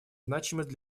значимость